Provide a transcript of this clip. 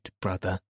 brother